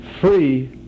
free